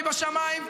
והיא בשמיים,